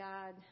God